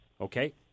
Okay